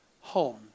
home